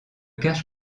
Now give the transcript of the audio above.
cache